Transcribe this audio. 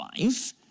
life